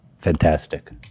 Fantastic